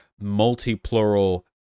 multi-plural